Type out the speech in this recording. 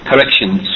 Corrections